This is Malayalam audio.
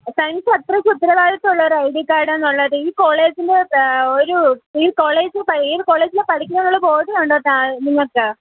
തനിക്കത്രയ്ക്കുത്തരവാദിത്ത്വമുള്ള ഒരൈഡി കാഡെന്നുള്ളത് ഈ കോളേജിൽ ഒരൂ ഈ കോളേജ് ഈ കോളേജിലാണ് പഠിക്കുന്നതിനുള്ള ബോധമുണ്ടോ നിങ്ങൾക്ക്